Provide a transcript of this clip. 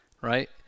right